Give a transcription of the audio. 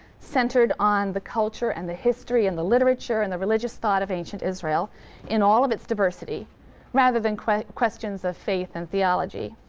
centered on the culture and the history and the literature and the religious thought of ancient israel in all of its diversity rather than questions of faith and theology.